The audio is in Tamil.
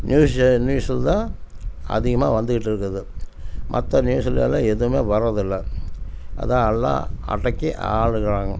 நியூஸ் ஜெ நியூஸில் தான் அதிகமாக வந்துகிட்டுருக்குது மற்ற நியூஸுலயெல்லாம் எதுவுமே வர்றதில்லை அதான் எல்லாம் அடக்கி ஆளுகிறாங்கோ